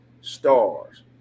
stars